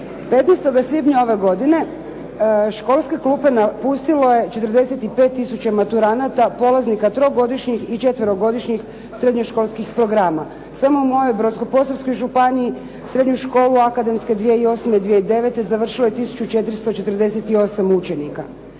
15. svibnja ove godine školske klupe napustilo je 45 tisuća maturanata, polaznika trogodišnjih i četverogodišnjih srednjoškolskih programa. Samo u mojoj Brodsko-posavskoj županiji srednju školu akademske 2008./2009. završilo je 1448 učenika.